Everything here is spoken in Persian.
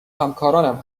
همکارانم